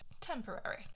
Temporary